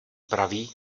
pravý